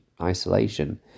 isolation